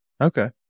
Okay